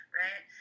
right